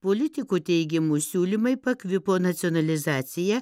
politikų teigimu siūlymai pakvipo nacionalizacija